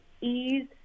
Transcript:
ease